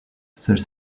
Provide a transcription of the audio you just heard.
seuls